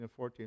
14